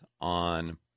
on –